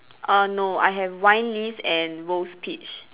uh no I have wine list and rose peach